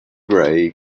gray